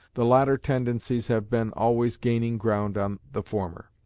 the latter tendencies have been always gaining ground on the former.